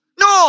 no